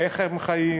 איך הם חיים,